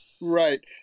Right